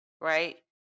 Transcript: Right